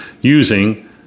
using